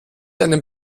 einem